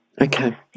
Okay